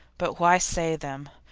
but why say them?